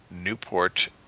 Newport